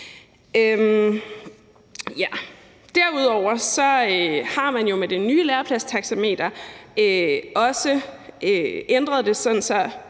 Derudover har man jo med det nye lærepladstaxameter også ændret det.